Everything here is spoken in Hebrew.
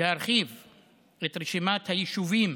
להרחיב את רשימת היישובים